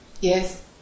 Yes